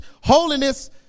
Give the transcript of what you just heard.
holiness